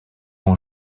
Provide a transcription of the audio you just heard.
ont